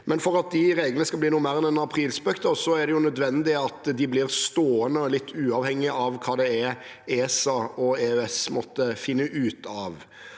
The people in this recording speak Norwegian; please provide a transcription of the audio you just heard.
Men for at de reglene skal bli noe mer enn en aprilspøk, er det nødvendig at de blir stående, litt uavhengig av hva ESA og EØS måtte finne ut av.